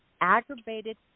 aggravated